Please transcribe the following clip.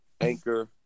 Anchor